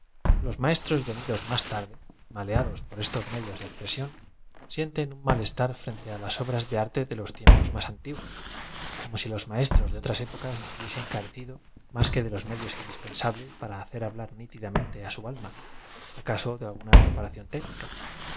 los maestros ve nidos más tarde maleados por estos medios de expre sióq sienten un malestar frente á las obras de arte de los tiempos más antiguos como si los maestros de otras épocas no hubiesen carecido más que de loa me dios indispensables para bacor hablar nítidamente á su alm a acaso de alguna preparación técnica